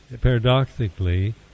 paradoxically